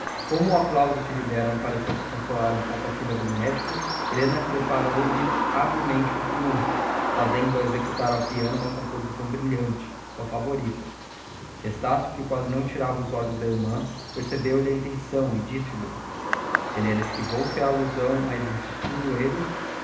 como o aplauso que lhe deram pareceu desconsolar um pouco a filha do médico helena preparou lhe habilmente um triunfo fazendo-a executar ao piano uma composição brilhante sua favorita estácio que quase não tirava os olhos da irmã percebeulhe a intenção e disse-lho helena esquivou-se à alusão mas insistindo ele